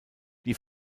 die